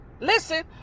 listen